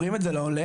אומרים את זה לעולה?